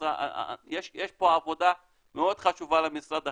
אז יש פה עבודה מאוד חשובה למשרד החינוך.